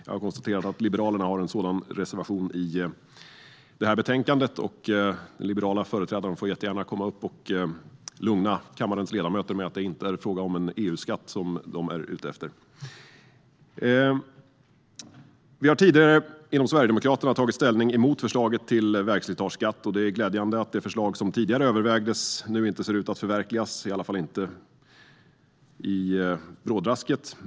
Jag har konstaterat att Liberalerna har en sådan reservation i betänkandet, och den liberala företrädaren får jättegärna komma upp och lugna kammarens ledamöter med att det inte är en EU-skatt man är ute efter. Vi har tidigare inom Sverigedemokraterna tagit ställning mot förslaget till vägslitageskatt, och det är glädjande att det förslag som tidigare övervägdes nu inte ser ut att förverkligas, i alla fall inte i brådrasket.